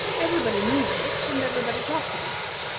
everybody knew this, and everybody talked about it,